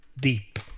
deep